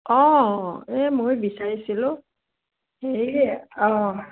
অঁ এই মই বিচাৰিছিলোঁ হেৰি অঁ